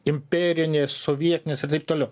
imperinės sovietinės ir taip toliau